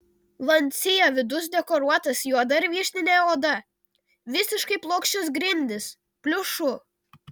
lancia vidus dekoruotas juoda ir vyšnine oda visiškai plokščios grindys pliušu